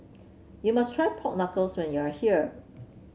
you must try Pork Knuckles when you are here